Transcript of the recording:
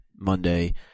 Monday